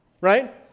right